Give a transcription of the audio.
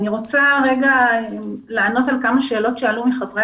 אני רוצה לענות על כמה שאלות ששאלו חברי